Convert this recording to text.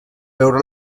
veure